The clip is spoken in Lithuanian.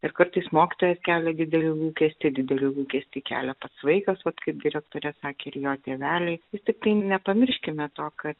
ir kartais mokytojas kelia didelį lūkestį didelį lūkestį kelia pats vaikas vat kaip direktorius sakė ir jo tėveliai vis tiktai nepamirškime to kad